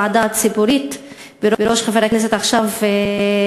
בוועדה הציבורית בראשות חבר הכנסת דוד